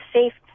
Safe